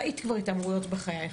ראית כבר התעמרויות בחייך.